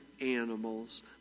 animals